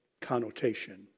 connotation